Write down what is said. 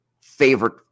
favorite